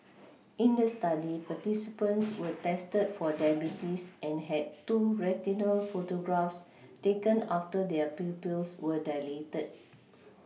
in the study participants were tested for diabetes and had two retinal photographs taken after their pupils were dilated